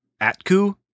ATKU